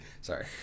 Sorry